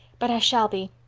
but i shall be.